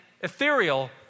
ethereal